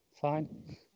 fine